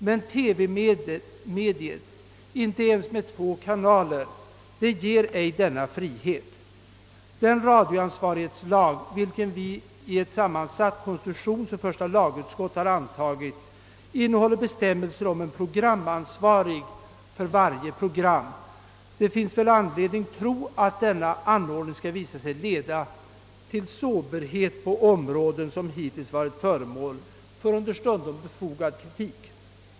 Men TV-mediet, ej ens med två kanaler, ger ej denna frihet. Den radioansvarighetslag, vilken vi i ett sammansatt konstitutionsoch första lagutskott har godtagit, innehåller bestämmelser om en »programansvarig» för varje program. Det finns väl anledning tro, att denna anordning skall visa sig leda till soberhet på områden som hittills varit föremål för understundom befogad kritik.